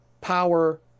power